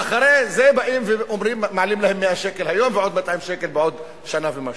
ואחרי זה באים ומעלים להם 100 שקל היום ועוד 200 שקל בעוד שנה ומשהו.